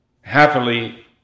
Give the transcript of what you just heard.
happily